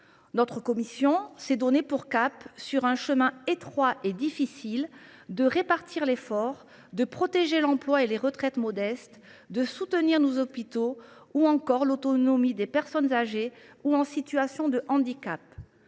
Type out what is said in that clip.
Notre commission s’est donné pour cap, sur un chemin étroit et difficile, de répartir l’effort, de protéger l’emploi et les retraites modestes, de soutenir nos hôpitaux ainsi que l’autonomie des personnes âgées ou en situation de handicap.